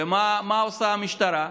ומה עושה המשטרה?